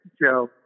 Joe